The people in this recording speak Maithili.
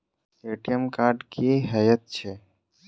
ए.टी.एम कार्ड की हएत छै?